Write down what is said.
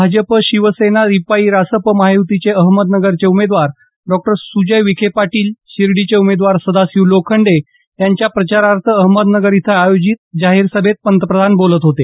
भाजप शिवसेना रिपाई रासप महायुतीचे अहमदनगरचे उमदेवार डॉ सुजय विखे पाटील शिर्डीचे उमेदवार सदाशिव लोखंडे यांच्या प्रचारार्थ अहमदनगर इथं आयोजित जाहीर सभेत पंतप्रधान बोलत आहेत